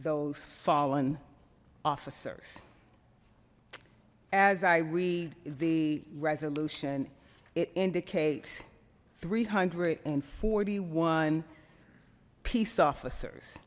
those fallen officers as i read the resolution it indicates three hundred and forty one peace officers